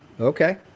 Okay